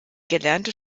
gelernte